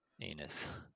anus